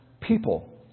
people